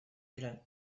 eran